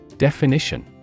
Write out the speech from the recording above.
Definition